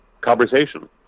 conversation